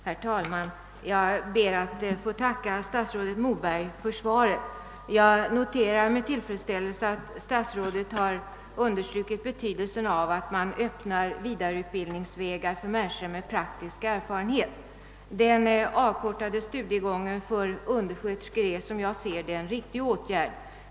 Herr talman! Jag ber att få tacka statsrådet Moberg för svaret. Jag noterar med tillfredsställelse att statsrådet har understrukit betydelsen av att man öppnar vidareutbildningsvägar för människor med praktisk erfarenhet. Den avkortade studiegången för undersköterskor är som jag ser det en riktig åtgärd.